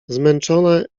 zmęczone